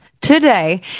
today